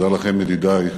ותודה לכם, ידידי,